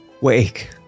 Wake